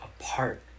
apart